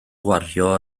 gwario